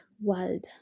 world